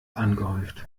angehäuft